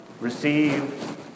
receive